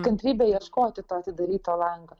kantrybė ieškoti to atidaryto lango